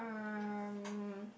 um